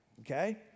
okay